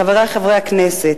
חברי חברי הכנסת,